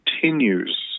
continues